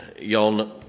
Y'all